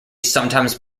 sometimes